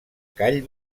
call